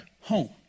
home